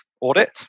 audit